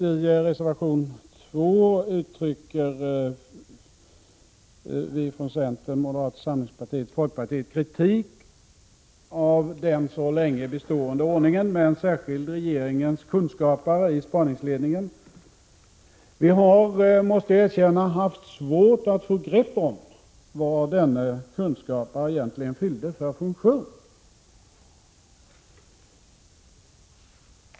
I reservation 2 uttrycker vi från centern, moderata samlingspartiet och folkpartiet kritik mot den alltför länge bestående ordningen med en särskild regeringens kunskapare i spaningsledningen. Jag måste erkänna att vi har haft svårt att få grepp om vilken funktion denne kunskapare egentligen fyllde.